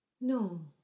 No